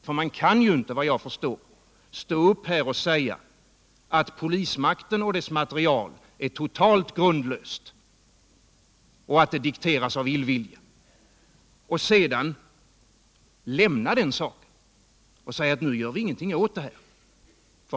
Man kan nämligen inte, såvitt jag förstår, stå upp här och säga att polismaktens material är totalt grundlöst och att dess uppgifter dikteras av illvilja och sedan lämna saken och säga: Nu gör vi ingenting åt det här.